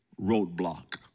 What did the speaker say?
roadblock